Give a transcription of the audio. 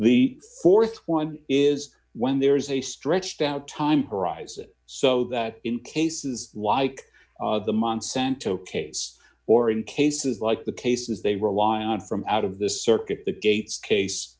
the th one is when there is a stretched out time horizon so that in cases like the monsanto case or in cases like the cases they rely on from out of the circuit the gates case